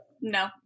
no